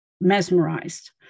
mesmerized